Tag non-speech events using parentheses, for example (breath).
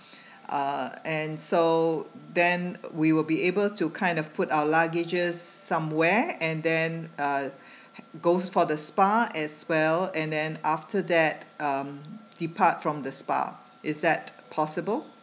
(breath) uh and so then we will be able to kind of put our luggages somewhere and then uh (breath) go for the spa as well and then after that um depart from the spa is that possible